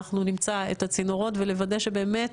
אנחנו נמצא את הצינורות ולוודא שבאמת